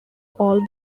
all